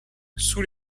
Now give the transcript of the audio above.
sous